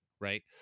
right